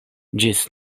ĝis